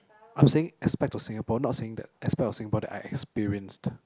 I'm saying aspect of Singapore not saying that aspect of Singapore that I experienced